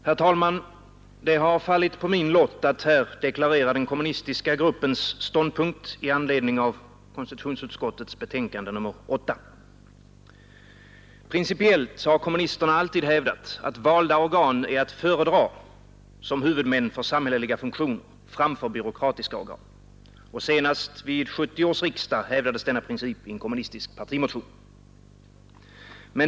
Herr talman! Det har fallit på min lott att här deklarera den kommunistiska gruppens ståndpunkt i anledning av konstitutionsutskottets betänkande nr 8. Principiellt har kommunisterna alltid hävdat att valda organ är att föredra som huvudmän för samhälleliga funktioner framför byråkratiskå organ. Senast vid 1970 års riksdag hävdades denna princip i en kommunistisk partimotion.